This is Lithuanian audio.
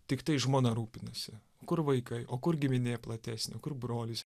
tiktai žmona rūpinasi kur vaikai o kur giminė platesnė kur brolis